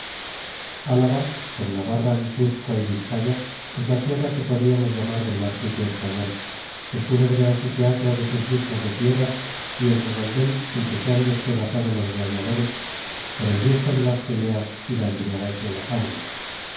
álava con navarra guipúzcoa y vizcaya es la tierra que podríamos llamar del martirio español el fúnebre anfiteatro de sus luchas de fieras y el redondel en que se han despedazado los gladiadores por el gusto de las peleas y la embriaguez de la sangre